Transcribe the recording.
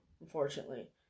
unfortunately